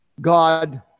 God